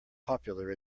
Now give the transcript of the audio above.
popular